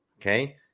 Okay